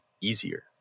easier